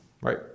Right